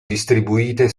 distribuite